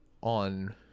on